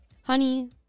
Honey